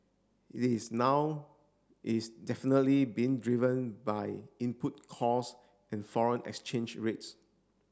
it is now is definitely being driven by input cost and foreign exchange rates